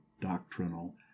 doctrinal